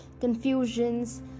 confusions